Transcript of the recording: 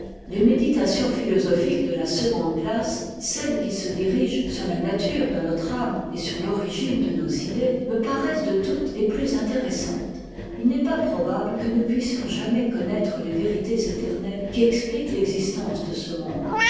les méditations philosophiques de la seconde ctasse celles qui se dirigent sur la nature de notre âme et sur l'origine de nos idées me paraissent de toutes tes plus intéressantes il n'est pas probable que nous puissions jamais connaître les vérités éternelles qui expliquent l'existence de ce monde